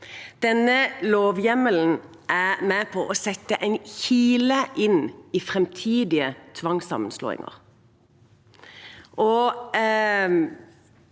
Denne lovhjemmelen er med på å sette en kile inn i framtidige tvangssammenslåinger.